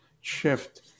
shift